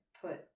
put